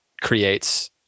creates